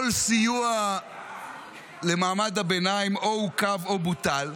כל סיוע למעמד הביניים או עוכב או בוטל,